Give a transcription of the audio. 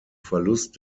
verlust